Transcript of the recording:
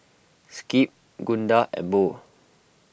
Skip Gunda and Bo